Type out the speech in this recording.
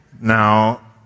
Now